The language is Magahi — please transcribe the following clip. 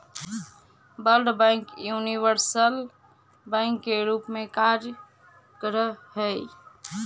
वर्ल्ड बैंक यूनिवर्सल बैंक के रूप में कार्य करऽ हइ